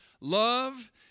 love